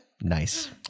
Nice